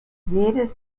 jedes